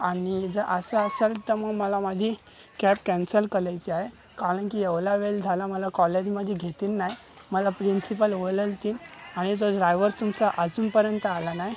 आणि जर असं असेल तर मला माझी कॅब कॅन्सल करायची आहे कारण की एवढा वेळ झाला मला कॉलेजमध्ये घेतील नाही मला प्रिंसिपल ओरडतील आणि तो द्रायवर तुमचा अजूनपर्यंत आला नाही